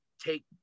take